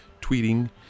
tweeting